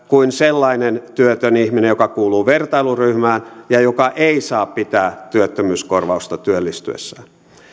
kuin sellainen työtön ihminen joka kuuluu vertailuryhmään ja joka ei saa pitää työttömyyskorvausta työllistyessään